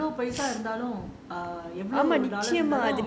எல்லாருக்கும் எவ்ளோ பைசா இருந்தாலும்:ellarukum evlo paisa irunthaalum